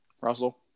Russell